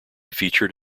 featured